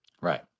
Right